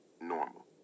Normal